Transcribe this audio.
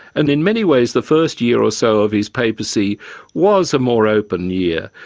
and in many ways the first year or so of his papacy was a more open year.